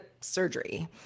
surgery